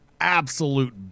absolute